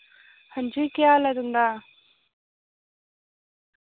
हां जी केह् हाल ऐ तुं'दा